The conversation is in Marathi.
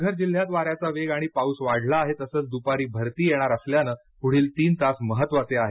पालघर जिल्ह्यात वाऱ्याचा वेग आणि पाऊस वाढला आहे तसच दुपारी भरती येणार असल्यानं पुढील तीन तास महत्त्वाचे आहेत